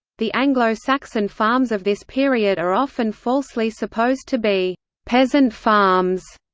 the anglo-saxon farms of this period are often falsely supposed to be peasant farms.